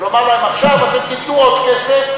ולומר להם: עכשיו אתם תיתנו עוד כסף,